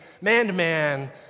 man-to-man